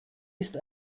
ist